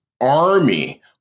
army